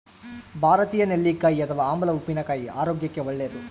ಭಾರತೀಯ ನೆಲ್ಲಿಕಾಯಿ ಅಥವಾ ಆಮ್ಲ ಉಪ್ಪಿನಕಾಯಿ ಆರೋಗ್ಯಕ್ಕೆ ಒಳ್ಳೇದು